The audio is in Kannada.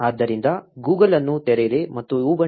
ಆದ್ದರಿಂದ Google ಅನ್ನು ತೆರೆಯಿರಿ ಮತ್ತು ubuntu 14